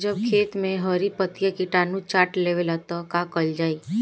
जब खेत मे हरी पतीया किटानु चाट लेवेला तऽ का कईल जाई?